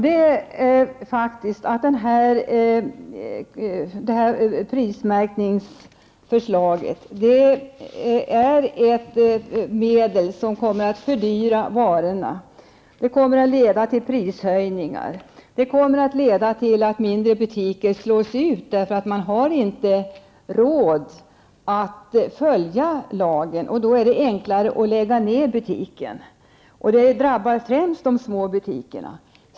Detta prismärkningssystem kommer att leda till prishöjningar på varorna och till att mindre butiker slås ut därför att de inte har råd att följa lagen. Då är det enklare att lägga ned dessa butiker. Och detta drabbar alltså främst de små butikerna.